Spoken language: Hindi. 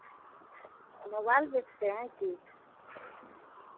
मोबाइल बेचते हैं कि